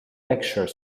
lecture